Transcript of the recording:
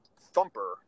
thumper